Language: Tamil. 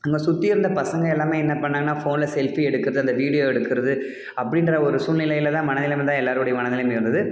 அங்கே சுற்றி இருந்த பசங்க எல்லாமே என்ன பண்ணாங்கன்னா ஃபோனில் செல்ஃபி எடுக்கிறது அந்த வீடியோ எடுக்கிறது அப்படின்ற ஒரு சூல்நிலையில் தான் மனநிலமையில் தான் எல்லோருடைய மனநிலைமையும் இருந்தது